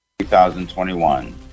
2021